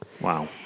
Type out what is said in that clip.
Wow